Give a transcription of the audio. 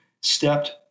stepped